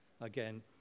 again